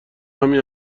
همین